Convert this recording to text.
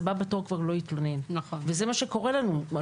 הבא בתור כבר לא יתלונן, וזה מה שקורה לנו.